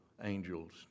angels